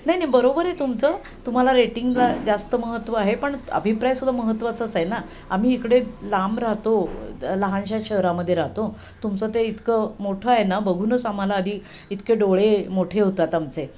नाही नाही बरोबर आहे तुमचं तुम्हाला रेटिंगला जास्त महत्त्व आहे पण अभिप्रायसुद्धा महत्वाचाच आहे ना आम्ही इकडे लांब राहतो लहानशा शहरामध्ये राहतो तुमचं ते इतकं मोठं आहे ना बघूनच आम्हाला आधी इतके डोळे मोठे होतात आमचे